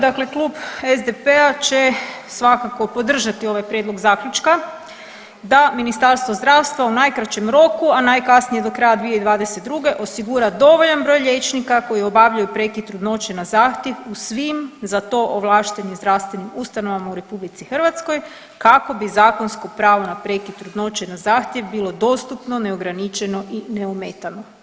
Dakle, Klub SDP-a će svakako podržati ovaj prijedlog zaključka da Ministarstvo zdravstva u najkraćem roku, a najkasnije do kraja 2022. osigura dovoljan broj liječnika koji obavljaju prekid trudnoće na zahtjev u svim za to ovlaštenim zdravstvenim ustanovama u RH kako bi zakonsko pravo na prekid trudnoće na zahtjev bilo dostupno, neograničeno i neometano.